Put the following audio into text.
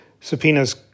subpoenas